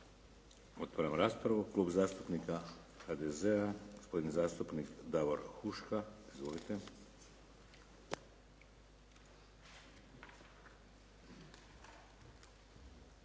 Otvaram raspravu. Klub zastupnika HDZ-a, gospodin zastupnik Davor Huška. Izvolite.